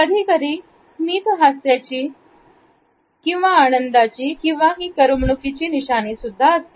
कधीकधी स्मित हास्याची आनंदाची किंवा करमणुकीची निशाणी असते